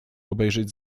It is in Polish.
obejrzeć